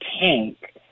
tank